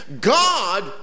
God